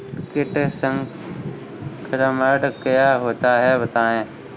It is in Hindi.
कीट संक्रमण क्या होता है बताएँ?